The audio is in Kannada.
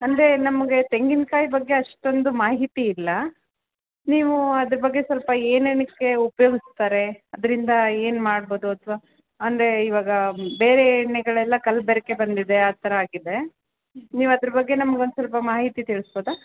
ಅಂದರೆ ನಮಗೆ ತೆಂಗಿನ್ಕಾಯಿ ಬಗ್ಗೆ ಅಷ್ಟೊಂದು ಮಾಹಿತಿ ಇಲ್ಲ ನೀವು ಅದ್ರ ಬಗ್ಗೆ ಸ್ವಲ್ಪ ಏನೇನಕ್ಕೆ ಉಪಯೋಗಿಸ್ತಾರೆ ಅದರಿಂದ ಏನು ಮಾಡ್ಬೋದು ಅಥವಾ ಅಂದರೆ ಇವಾಗ ಬೇರೆ ಎಣ್ಣೆಗಳೆಲ್ಲ ಕಲಬೆರಕೆ ಬಂದಿದೆ ಆ ಥರ ಆಗಿದೆ ನೀವು ಅದ್ರ ಬಗ್ಗೆ ನಮ್ಗೆ ಒಂದ್ ಸ್ವಲ್ಪ ಮಾಹಿತಿ ತಿಳಿಸ್ಬೋದ